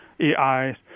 AI